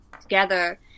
together